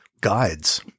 guides